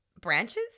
branches